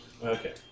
Okay